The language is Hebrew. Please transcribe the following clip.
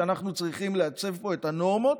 שאנחנו צריכים לעצב פה את הנורמות,